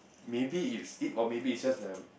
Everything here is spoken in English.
maybe it's it or maybe it's just the